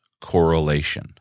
correlation